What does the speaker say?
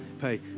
pay